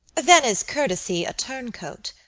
then is courtesy a turncoat.